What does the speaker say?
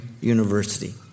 university